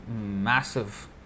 massive